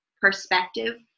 perspective